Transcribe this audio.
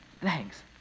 Thanks